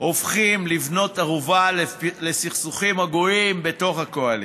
הופכות לבנות ערובה לסכסוכים הזויים בתוך הקואליציה.